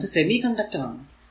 അത് semiconductor ആണ്